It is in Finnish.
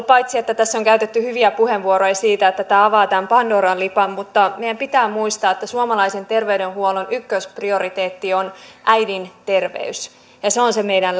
paitsi että tässä on käytetty hyviä puheenvuoroja siitä että tämä avaa tämän pandoran lippaan meidän pitää muistaa että suomalaisen terveydenhuollon ykkösprioriteetti on äidin terveys ja se on se meidän